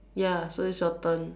ya so it's your turn